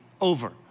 over